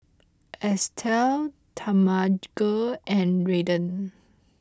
Estell Talmage and Redden